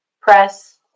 Press